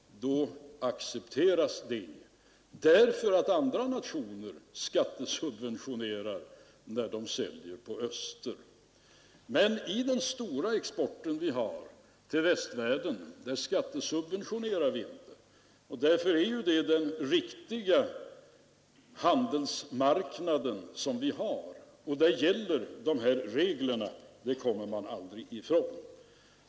Då accepteras det just därför att andra nationer skattesubventionerar när de säljer i öster. Den största delen av vår export — den till västvärlden — skattesubventionerar vi inte. Det är därför den riktiga handelsmarknad vi har och där gäller dessa regler — det kommer man aldrig ifrån.